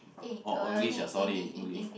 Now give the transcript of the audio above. orh English ah sorry